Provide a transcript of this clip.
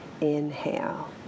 Inhale